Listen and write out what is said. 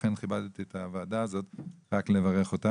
לכן פתחתי בזה על מנת לכבד את הוועדה הזאת ולברך אותם.